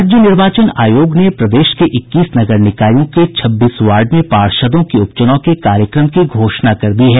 राज्य निर्वाचन आयोग ने प्रदेश के इक्कीस नगर निकायों के छब्बीस वार्ड में पार्षदों के उपचुनाव के कार्यक्रम की घोषणा कर दी है